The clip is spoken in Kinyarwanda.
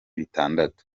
bitandatu